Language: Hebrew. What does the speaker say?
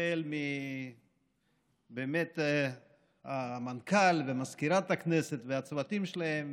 החל באמת במנכ"ל ומזכירת הכנסת והצוותים שלהם,